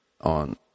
on